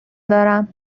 دارم